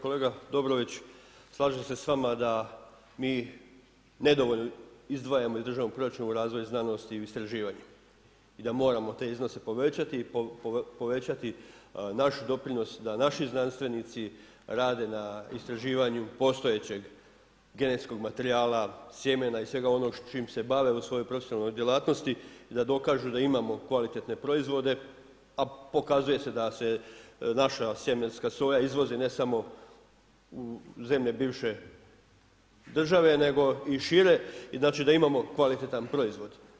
Kolega Dobrović, slažem se s vama da mi nedovoljno izdvajamo iz državnog proračuna u razvoj znanosti i u istraživanje i da moramo te iznose povećati i povećati naš doprinos da naši znanstvenici rade na istraživanju postojećeg genetskog materijala, sjemena i svega ono s čim se bave u svojoj profesionalnoj djelatnosti i da dokažu da imamo kvalitetne proizvode a pokazuje se da se naša sjemenska soja izvozi ne samo u zemlje biše države nego i šire, znači da imamo kvalitetan proizvod.